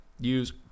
Use